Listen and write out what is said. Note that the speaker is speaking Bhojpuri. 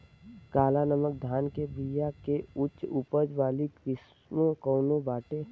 काला नमक धान के बिया के उच्च उपज वाली किस्म कौनो बाटे?